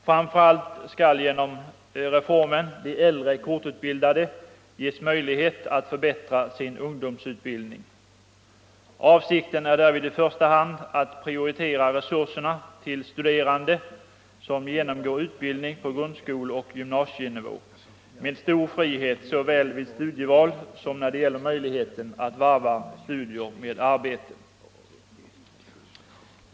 Framför allt skall genom reformen de äldre kortutbildade ges möjlighet att förbättra sin ungdomsutbildning. Avsikten är därvid i första hand att prioritera resurserna till studerande som genomgår utbildning på grundskoleoch gymnasienivå, med stor frihet såväl vid studieval som när det gäller möjligheten att varva studier med arbete.